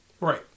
Right